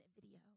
video